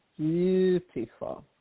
Beautiful